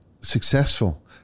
successful